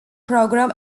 program